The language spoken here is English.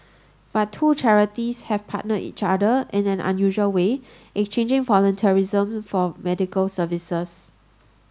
but two charities have partnered each other in an unusual way exchanging volunteerism for medical services